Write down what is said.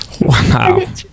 Wow